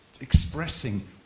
expressing